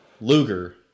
Luger